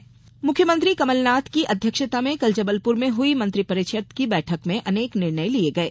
मंत्रिपरिषद मुख्यमंत्री कमलनाथ की अध्यक्षता में कल जबलपुर में हुई मंत्रिपरिषद की बैठक में अनेक निर्णय लिये गये